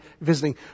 visiting